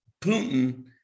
Putin